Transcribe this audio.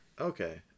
Okay